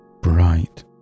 bright